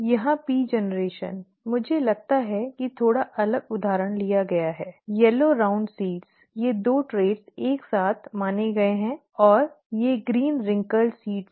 यहां P पीढ़ी मुझे लगता है कि थोड़ा अलग उदाहरण लिया गया है पीले गोल बीज ये दो ट्रेट एक साथ माने गए हैं यह ठीक है और ये हरे झुर्रीदार बीज हैं